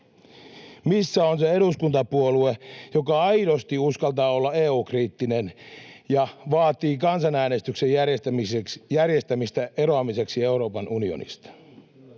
Missä on se eduskuntapuolue, joka aidosti uskaltaa olla EU-kriittinen ja vaatii kansanäänestyksen järjestämistä eroamiseksi Euroopan unionista?